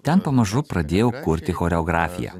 ten pamažu pradėjau kurti choreografiją